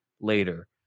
later